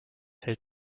hält